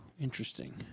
interesting